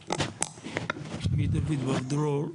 שמי דוד בר דרור,